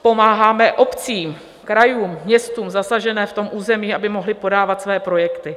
Pomáháme obcím, krajům, městům zasaženým v tom území, aby mohly podávat své projekty.